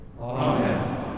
Amen